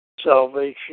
salvation